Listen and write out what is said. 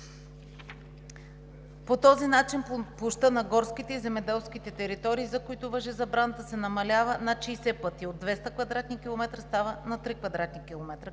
По този начин площта на горските и земеделските територии, за които важи забраната, се намалява над 60 пъти – от 200 кв. км става на 3 кв. км.